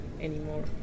anymore